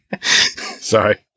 Sorry